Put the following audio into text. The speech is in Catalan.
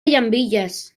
llambilles